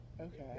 Okay